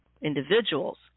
individuals